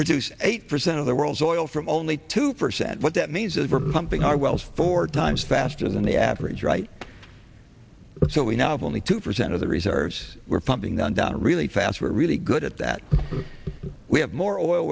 produce eight percent of the world's oil from only two percent what that means is we're pumping our wells four times faster than the average right so we know if only two percent of the reserves were pumping them down really fast we're really good at that we have more oil